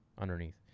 Underneath